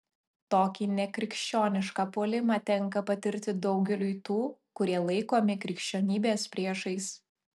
tokį nekrikščionišką puolimą tenka patirti daugeliui tų kurie laikomi krikščionybės priešais